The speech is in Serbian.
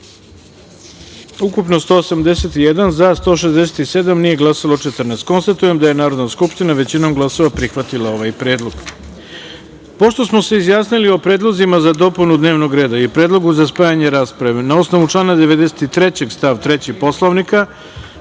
ukupno – 181, za – 167, nije glasalo – 14.Konstatujem da je Narodna skupština većinom glasova prihvatila ovaj predlog. Pošto smo se izjasnili o predlozima za dopunu dnevnog reda i predlogu za spajanje rasprave, na osnovu člana 93. stav 3. Poslovnika,